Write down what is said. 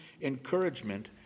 encouragement